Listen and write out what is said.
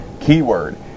keyword